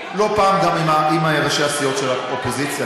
ולא פעם גם עם ראשי הסיעות של האופוזיציה,